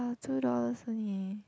two dollars only